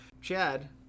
Chad